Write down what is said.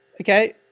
Okay